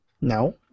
No